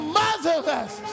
motherless